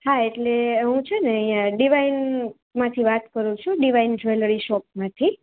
હા એટલે હું છેને અહીંયાં ડીવાઇન માંથી વાત કરું છું ડીવાઇન જ્વેલરી શોપમાંથી